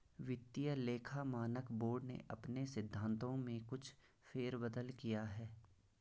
वित्तीय लेखा मानक बोर्ड ने अपने सिद्धांतों में कुछ फेर बदल किया है